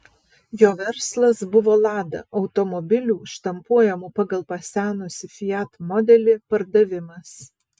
jo verslas buvo lada automobilių štampuojamų pagal pasenusį fiat modelį pardavimas